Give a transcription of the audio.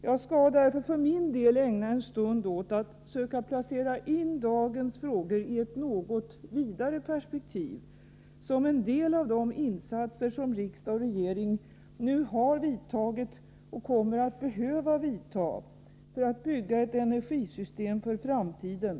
Jag skall därför för min del ägna en stund åt att försöka placera in dagens frågor i ett något vidare perspektiv — som en del av de insatser som riksdag och regering nu har vidtagit och kommer att behöva vidta för att bygga ett energisystem för framtiden.